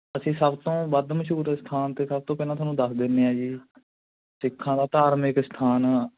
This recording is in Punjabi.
ਅਸੀਂ ਸਭ ਤੋਂ ਵੱਧ ਮਸ਼ਹੂਰ ਸਥਾਨ ਅਤੇ ਸਭ ਤੋਂ ਪਹਿਲਾਂ ਤੁਹਾਨੂੰ ਦੱਸ ਦਿੰਦੇ ਹਾਂ ਜੀ ਸਿੱਖਾਂ ਦਾ ਧਾਰਮਿਕ ਅਸਥਾਨ